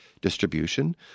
distribution